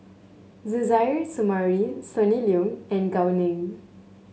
Suzairhe Sumari Sonny Liew and Gao Ning